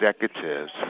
executives